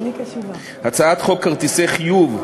הצעת חוק כרטיסי חיוב,